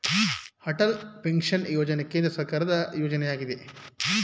Atal pension ಯೋಜನೆ ಕೇಂದ್ರ ಸರ್ಕಾರದ ಯೋಜನೆಯಗಿದೆ